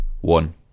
One